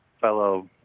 fellow